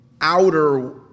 outer